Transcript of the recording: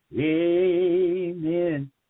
amen